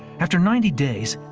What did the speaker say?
after ninety days,